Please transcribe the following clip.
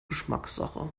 geschmackssache